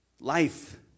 Life